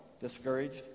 discouraged